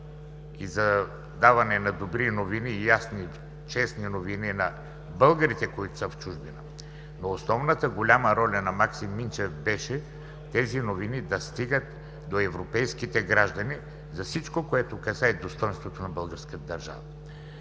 и за добри, ясни и честни новини за българите, които са в чужбина, но основната, голямата роля на Максим Минчев беше тези новини да стигат до европейските граждани за всичко, което касае достойнството на българската държава.